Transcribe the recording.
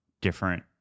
different